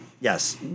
yes